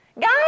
Guys